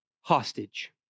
hostage